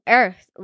earth